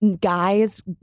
guys